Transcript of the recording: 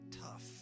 tough